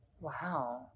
Wow